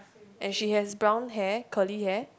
and she has brown hair curly hair